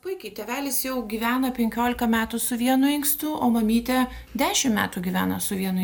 puikiai tėvelis jau gyvena penkiolika metų su vienu inkstu o mamytė dešimt metų gyvena su vienu